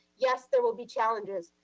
yes, there will be challenges,